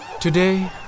Today